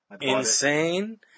insane